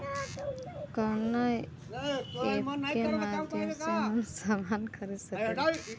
कवना ऐपके माध्यम से हम समान खरीद सकीला?